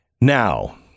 Now